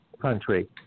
country